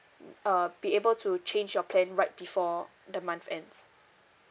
mm uh be able to change your plan right before the month end